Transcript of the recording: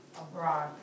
abroad